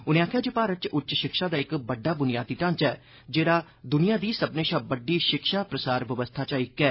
उनें आस्वेआ जे भारत च उच्च शिक्षा दा इक बड्डा बुनियादी ढांचा ऐ जेह्ड़ा दुनिया दी सक्मने शा बढ़्ड़ी शिक्षा प्रसार बवस्था चा इक ऐ